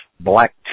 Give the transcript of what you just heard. Black